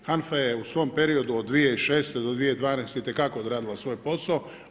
HANFA je u svom periodu od 2006.-2012. itekako odradila svoj posao.